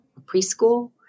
Preschool